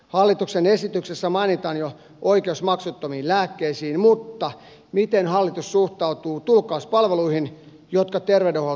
hallituksen esityksessä mainitaan jo oikeus maksuttomiin lääkkeisiin mutta miten hallitus suhtautuu tulkkauspalveluihin jotka terveydenhuoltokäynnit vaativat